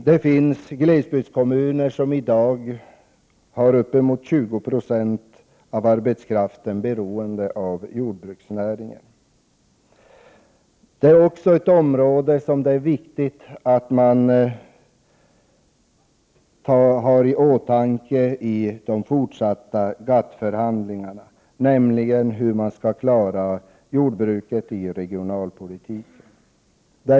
Det finns glesbygdskommuner där i dag uppemot 20 90 av arbetskraften är beroende av jordbruksnäringen. Det är också viktigt att man i de fortsatta GATT-förhandlingarna har i åtanke hur vi skall klara jordbruket i regionalpolitiken.